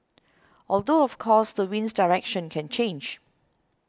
although of course the wind's direction can change